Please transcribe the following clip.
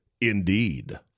Indeed